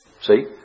See